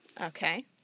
okay